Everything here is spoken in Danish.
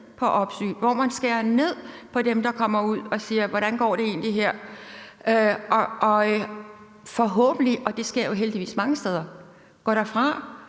på opsyn, hvor man skærer ned på dem, der kommer ud og spørger, hvordan det egentlig går, og forhåbentlig – og det sker jo heldigvis mange steder – går derfra